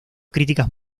críticas